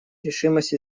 решимость